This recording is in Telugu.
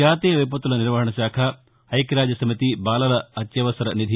జాతీయ విపత్తుల నిర్వహణ శాఖ ఐక్యరాజ్య సమితి బాలల అత్యవసర నిధి